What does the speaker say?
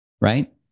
right